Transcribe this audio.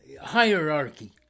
hierarchy